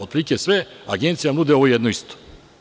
Otprilike sve agencije vam nude ovo jedno isto.